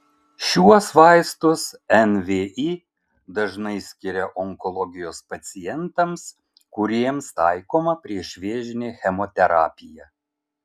šiuos vaistus nvi dažnai skiria onkologijos pacientams kuriems taikoma priešvėžinė chemoterapija